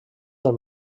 del